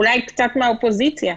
אולי קצת מהאופוזיציה,